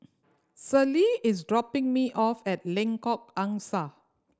Celie is dropping me off at Lengkok Angsa